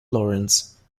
lawrence